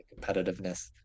competitiveness